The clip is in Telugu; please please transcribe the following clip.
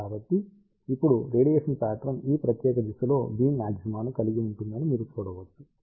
కాబట్టి ఇప్పుడు రేడియేషన్ ప్యాట్రన్ ఈ ప్రత్యేక దిశలో బీమ్ మాగ్జిమాను కలిగి ఉంటుందని మీరు చూడవచ్చు